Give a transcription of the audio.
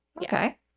Okay